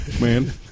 Man